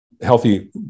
healthy